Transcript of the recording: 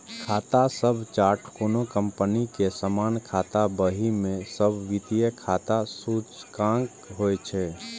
खाता सभक चार्ट कोनो कंपनी के सामान्य खाता बही मे सब वित्तीय खाताक सूचकांक होइ छै